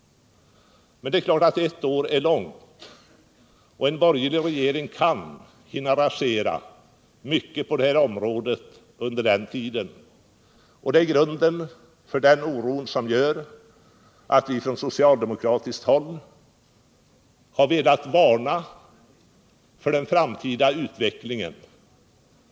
Men det är klart att ett år är långt och att en borgerlig regering kan hinna rasera mycket på detta område under den tiden. Det är oron för detta som gör att vi från socialdemokratiskt håll har velat varna för den framtida utvecklingen.